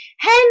hey